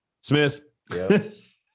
Smith